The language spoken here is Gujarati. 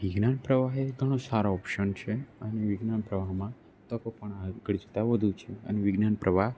વિજ્ઞાન પ્રવાહ એ ઘણો ઓપ્શન છે અને વિજ્ઞાન પ્રવાહમાં તકો પણ આગળ જતાં વધુ છે અને વિજ્ઞાન પ્રવાહ